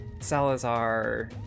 Salazar